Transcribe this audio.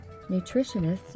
nutritionists